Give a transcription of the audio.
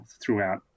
throughout